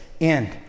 end